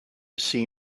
see